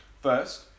First